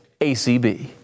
ACB